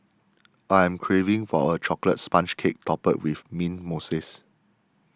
I am craving for a Chocolate Sponge Cake Topped with Mint Mousse